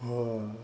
ugh